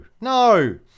No